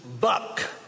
buck